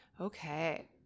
Okay